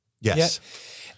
Yes